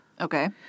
Okay